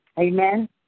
Amen